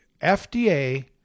FDA